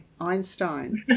Einstein